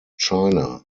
china